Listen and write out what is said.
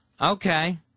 Okay